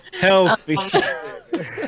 healthy